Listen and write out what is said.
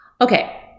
Okay